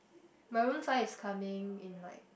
Maroon-Five is coming in like